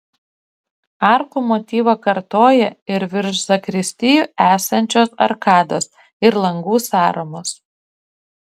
arkų motyvą kartoja ir virš zakristijų esančios arkados ir langų sąramos